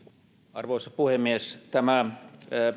arvoisa puhemies tämä